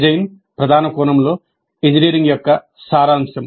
design ప్రధాన కోణంలో engineering యొక్క సారాంశం